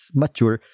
mature